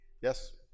Yes